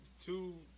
two